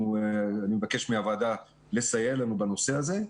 אני מבקש מהוועדה לסייע לנו בנושא הזה.